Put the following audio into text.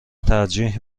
ترجیح